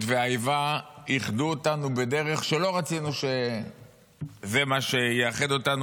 והאיבה איחדו אותנו בדרך שלא רצינו שזה מה שיאחד אותנו,